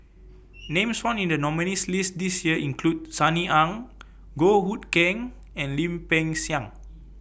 Names found in The nominees' list This Year include Sunny Ang Goh Hood Keng and Lim Peng Siang